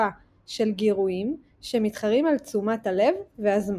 הצפה של גירויים שמתחרים על תשומת הלב והזמן.